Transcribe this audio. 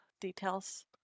details